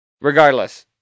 regardless